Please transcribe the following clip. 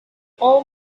all